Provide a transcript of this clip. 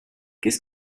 qu’est